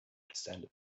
descended